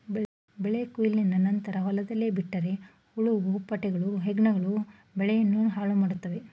ಬೆಳೆ ಕೊಯ್ಲಿನ ನಂತರ ಹೊಲದಲ್ಲೇ ಬಿಟ್ಟರೆ ಹುಳ ಹುಪ್ಪಟೆಗಳು, ಹೆಗ್ಗಣಗಳು ಬೆಳೆಯನ್ನು ಹಾಳುಮಾಡುತ್ವೆ